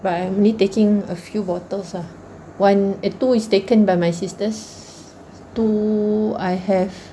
but I only taking a few bottles ah one two is taken by my sisters two I have